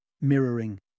mirroring